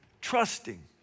trusting